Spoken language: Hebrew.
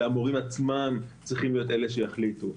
אלא המורים עצמם צריכים להיות אלה שיחליטו.